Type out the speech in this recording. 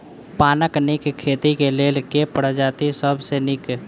पानक नीक खेती केँ लेल केँ प्रजाति सब सऽ नीक?